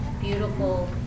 beautiful